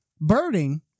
birding